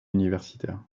universitaires